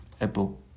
apple